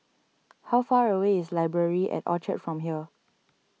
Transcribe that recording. how far away is Library at Orchard from here